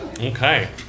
Okay